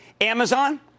Amazon